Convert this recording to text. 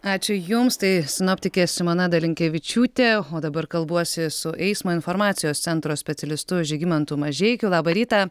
ačiū jums tai sinoptikė simona dalinkevičiūtė o dabar kalbuosi su eismo informacijos centro specialistu žygimantu mažeikiu labą rytą